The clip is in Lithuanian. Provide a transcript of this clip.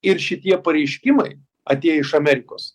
ir šitie pareiškimai atėję iš amerikos